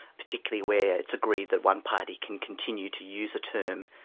particularly where it's agreed that one party can continue to use a term,